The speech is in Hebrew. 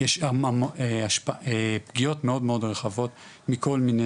יש פגיעות מאוד מאוד רחבות מכל מיני